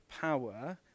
power